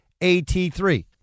AT3